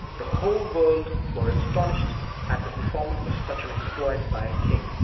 the whole world were astonished at the performance of such an exploit by a king,